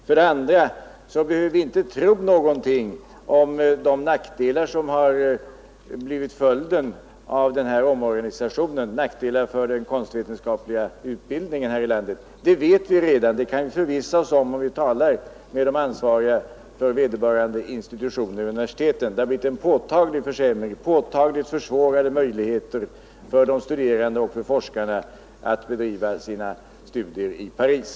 För det andra behöver vi inte tro någonting om de nackdelar för den konstvetenskapliga utbildningen här i landet som blivit följden av den omorganisationen; det vet vi redan. Eller vi kan förvissa oss om det genom att tala med de ansvariga för vederbörande institutioner vid universiteten. Det har blivit en påtaglig försämring och påtagligt försvårade möjligheter för de studerande och för forskarna att bedriva studier i Paris.